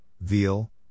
Veal